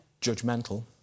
judgmental